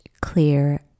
clear